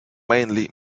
mainly